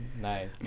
Nice